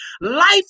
Life